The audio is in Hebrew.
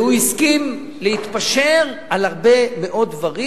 והוא הסכים להתפשר על הרבה מאוד דברים,